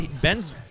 Ben's